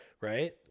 right